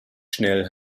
schnell